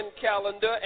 calendar